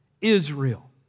Israel